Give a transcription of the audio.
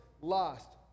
lost